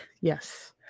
Yes